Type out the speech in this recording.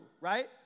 right